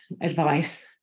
advice